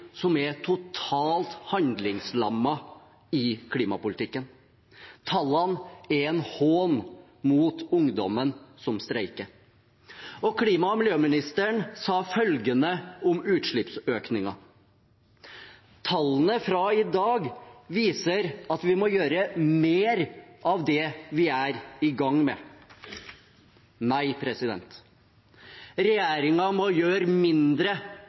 som er totalt handlingslammet i klimapolitikken. Tallene er en hån mot ungdommen som streiker. Klima- og miljøministeren sa følgende om utslippsøkningen: «Tallene fra i dag viser at vi må gjøre mer av det vi er i gang med.» Nei, regjeringen må gjøre mindre